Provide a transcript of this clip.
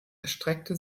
erstreckte